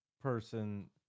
person